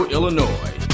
Illinois